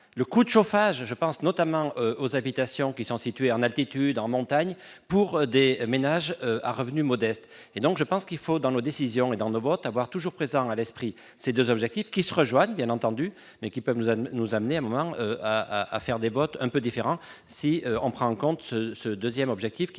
le coude, chauffage, je pense notamment aux habitations qui sont situées en altitude en montagne pour des ménages à revenus modestes, et donc je pense qu'il faut dans l'eau, décision et dans nos vote avoir toujours présent à l'esprit ces 2 objectifs qui se rejoignent, bien entendu, mais qui peuvent nous allons nous amener à moment à à faire des bottes, un peu différent si on prend en compte ce 2ème objectif, qui est extrêmement